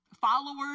followers